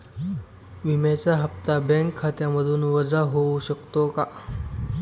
विम्याचा हप्ता बँक खात्यामधून वजा होऊ शकतो का?